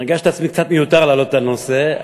הרגשתי עצמי קצת מיותר להעלות את הנושא.